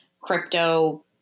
crypto